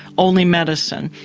only medicine.